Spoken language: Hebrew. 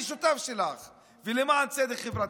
אני שותף שלך ולמען צדק חברתי.